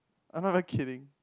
I'm not even kidding